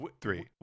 three